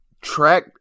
track